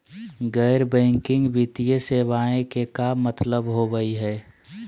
गैर बैंकिंग वित्तीय सेवाएं के का मतलब होई हे?